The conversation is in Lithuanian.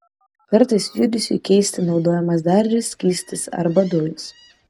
kartais judesiui keisti naudojamas dar ir skystis arba dujos